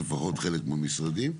לפחות בחלק מהמשרדים,